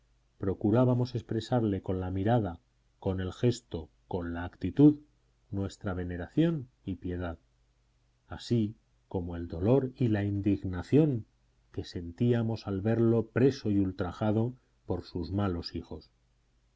procurábamos expresarle con la mirada con el gesto con la actitud nuestra veneración y piedad así como el dolor y la indignación que sentíamos al verlo preso y ultrajado por sus malos hijos